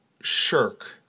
shirk